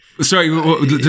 Sorry